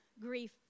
grief